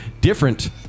Different